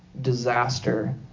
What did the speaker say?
disaster